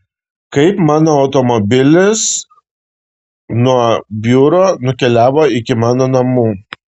kaip mano automobilis nuo biuro nukeliavo iki mano namų